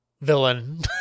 villain